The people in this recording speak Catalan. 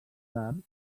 tard